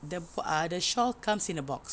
the bo~ the shawl comes in a box